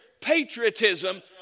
patriotism